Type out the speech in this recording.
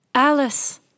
Alice